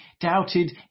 doubted